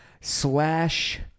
slash